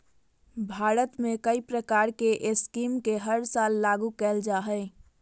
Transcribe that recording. भारत में कई प्रकार के स्कीम के हर साल लागू कईल जा हइ